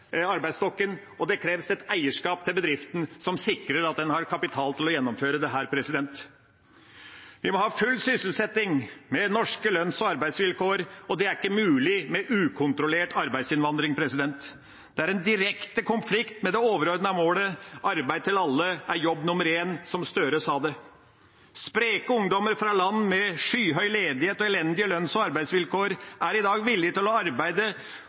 kreves et eierskap til bedriften som sikrer at en har kapital til å gjennomføre dette. Vi må ha full sysselsetting med norske lønns- og arbeidsvilkår, og det er ikke mulig med ukontrollert arbeidsinnvandring. Det er i direkte konflikt med det overordnede målet om at arbeid til alle er jobb nummer én, som Gahr Støre sa. Spreke ungdommer fra land med skyhøy ledighet og elendige lønns- og arbeidsvilkår er i dag villige til å arbeide